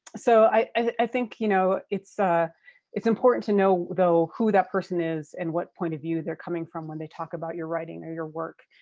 so i think, you know, it's ah it's important to know though who that person is and what point of view they're coming from when they talk about your writing or your work,